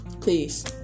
please